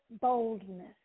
boldness